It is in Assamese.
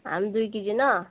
আম দুই কেজি ন'